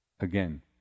Again